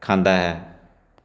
ਖਾਂਦਾ ਹੈ